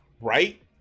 right